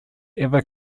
ever